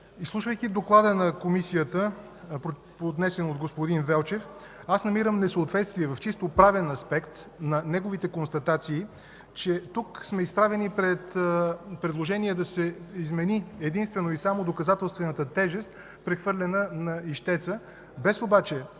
изслушвайки доклада на Комисията, поднесен от господин Велчев, аз намирам несъответствие в чисто правен аспект на неговите констатации, че тук сме изправени пред предложение да се измени единствено и само доказателствената тежест, прехвърлена на ищеца, без обаче да личи